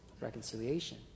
reconciliation